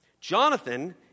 Jonathan